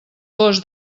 gos